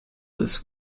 this